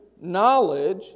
knowledge